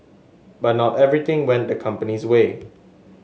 but not everything went the company's way